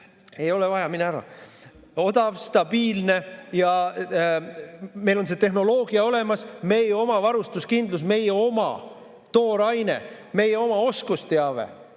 Ei ole vaja, mine ära! ... ja meil on see tehnoloogia olemas, meie oma varustuskindlus, meie oma tooraine, meie oma oskusteave.